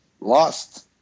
lost